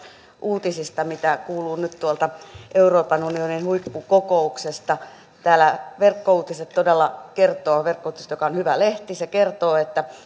uutisista mitä kuuluu nyt tuolta euroopan unionin huippukokouksesta täällä verkkouutiset todella kertoo verkkouutiset joka on hyvä lehti että